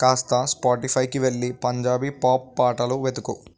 కాస్త స్పాటిఫైకి వెళ్ళి పంజాబీ పాప్ పాటలు వెతుకు